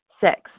Six